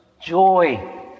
Joy